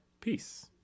Peace